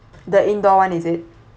the indoor one is it